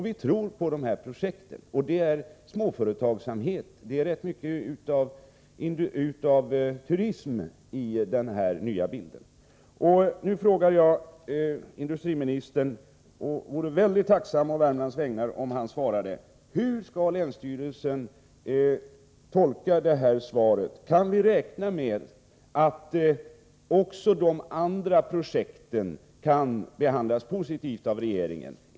Vi tror på dessa projekt. Det är fråga om småföretagsamhet, och det ingår rätt mycket av turism i den här nya bilden. Nu frågar jag industriministern och vore mycket tacksam å Värmlands vägnar om industriministern svarade: Hur skall länsstyrelsen tolka det svar jag fått? Kan vi räkna med att också de andra projekten kommer att behandlas positivt av regeringen?